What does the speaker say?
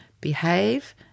behave